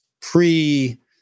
pre